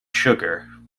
sugar